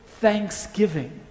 thanksgiving